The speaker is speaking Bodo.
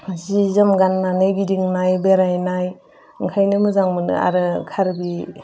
जि जोम गाननानै गिदिंनाय बेरायनाय ओंखायनो मोजां मोनो आरो कार्बि